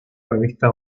revista